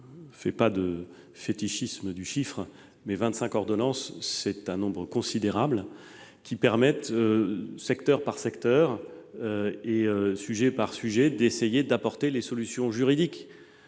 ne fais pas de fétichisme du chiffre, mais vingt-cinq est un nombre considérable. Ces ordonnances permettent, secteur par secteur et sujet par sujet, d'essayer d'apporter des solutions juridiques